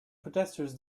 protesters